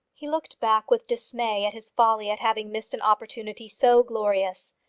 he looked back with dismay at his folly at having missed an opportunity so glorious.